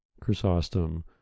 Chrysostom